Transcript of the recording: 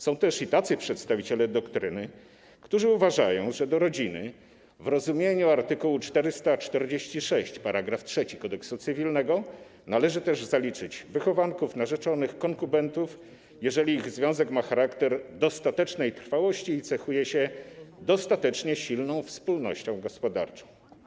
Są też i tacy przedstawiciele doktryny, którzy uważają, że do rodziny w rozumieniu art. 446 § 3 Kodeksu cywilnego należy też zaliczyć wychowanków, narzeczonych, konkubentów, jeżeli ich związek ma charakter dostatecznej trwałości i cechuje się dostatecznie silną wspólnością gospodarczą.